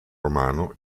romano